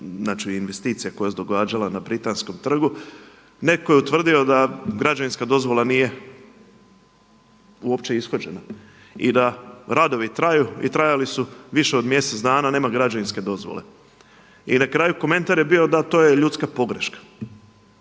znači investicija koja se događala na Britanskom trgu, netko je utvrdio da građevinska dozvola nije uopće ishođena i da radovi traju i trajali su više od mjesec dana a nema građevinske dozvole. I na kraju komentar je bio, da to je ljudska pogreška.